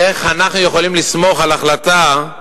איך אנחנו יכולים לסמוך על החלטה,